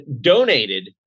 donated